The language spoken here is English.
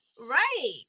Right